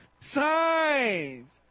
Signs